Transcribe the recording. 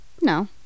No